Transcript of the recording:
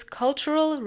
cultural